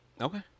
Okay